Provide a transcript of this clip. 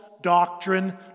doctrine